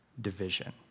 division